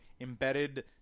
embedded